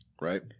Right